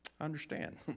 understand